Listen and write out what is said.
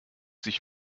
sich